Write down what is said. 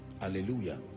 hallelujah